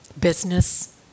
business